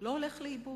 לא הולך לאיבוד,